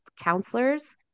counselors